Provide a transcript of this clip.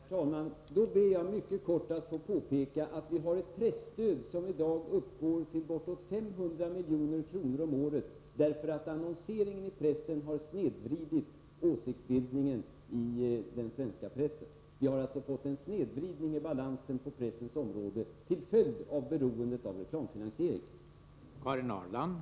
Herr talman! Då ber jag mycket kortfattat att få påpeka att vi har ett presstöd som i dag uppgår till bortåt 500 milj.kr. om året, därför att annonseringen i tidningarna har snedvridit åsiktsbildningen i den svenska pressen. Vi har -— till följd av beroendet av reklamfinansiering — fått en snedvridning i balansen på pressens område.